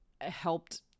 helped